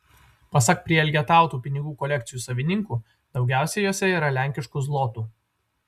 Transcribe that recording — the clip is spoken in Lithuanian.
pasak prielgetautų pinigų kolekcijų savininkų daugiausiai jose yra lenkiškų zlotų